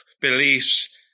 beliefs